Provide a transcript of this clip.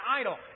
Idol